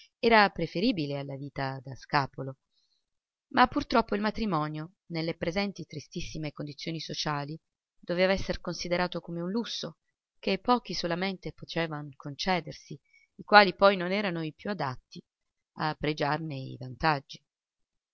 era preferibile alla vita da scapolo ma purtroppo il matrimonio nelle presenti tristissime condizioni sociali doveva esser considerato come un lusso che pochi solamente potevano concedersi i quali poi non erano i più adatti a pregiarne i vantaggi